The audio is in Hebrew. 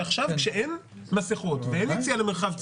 ועכשיו כשאין מסכות ואין יציאה למרחב הציבורי,